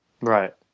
Right